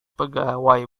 pegawai